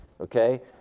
okay